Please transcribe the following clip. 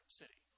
city